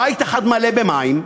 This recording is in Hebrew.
בית אחד מלא במים,